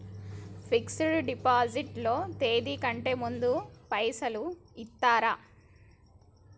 Fix డ్ deposit లో తేది కంటే ముందే పైసలు ఇత్తరా?